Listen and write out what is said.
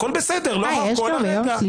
הכול בסדר, לא הכול הרגע.